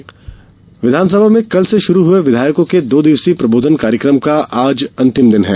प्रबोधन विधानसभा में कल से शुरू हुए विधायकों के दो दिवसीय प्रबोधन कार्यक्रम का आज अंतिम दिन है